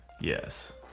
Yes